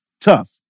tough